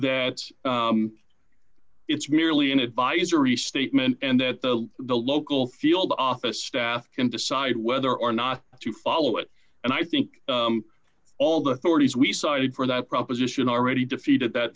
been it's merely an advisory statement and that the the local field office staff can decide whether or not to follow it and i think all the authorities we cited for that proposition already defeated that